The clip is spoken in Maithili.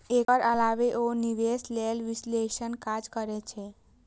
एकर अलावे ओ निवेश लेल विश्लेषणक काज करै छै